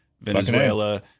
Venezuela